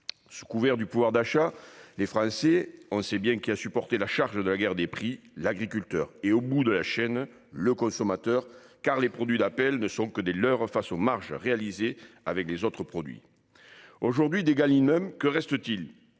Sous couvert du pouvoir d'achat des Français, on sait bien qui a supporté la charge de la guerre des prix : l'agriculteur et, au bout de la chaîne, le consommateur, car les produits d'appel ne sont que des leurres face aux marges réalisées avec les autres produits. Aujourd'hui que reste-t-il